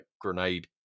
grenade